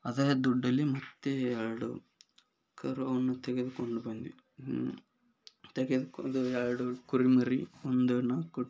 ಅದರ ದುಡ್ಡಲ್ಲಿ ಮತ್ತೆ ಎರಡು ಕರುವನ್ನು ತೆಗೆದುಕೊಂಡು ಬಂದ್ವಿ ತೆಗೆದುಕೊಂಡು ಎರಡು ಕುರಿಮರಿ ಒಂದು ನಾಲ್ಕು